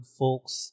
folks